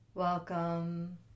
Welcome